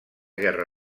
guerra